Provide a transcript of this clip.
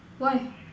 why